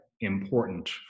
important